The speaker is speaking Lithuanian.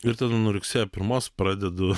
ir tada nuo rugsėjo pirmos pradedu